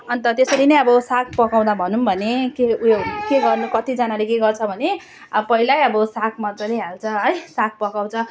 अन्त त्यसरी नै अब साग पकाउँदा भनौँ भने के उयो के गर्नु कतिजनाले के गर्छ भने अब पहिल्यै अब सागमा मजाले हाल्छ है साग पकाउँछ